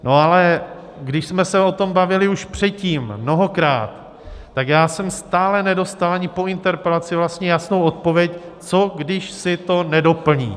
No ale když jsme se o tom bavili už předtím mnohokrát, tak já jsem stále nedostal ani po interpelaci jasnou odpověď, co když si to nedoplní.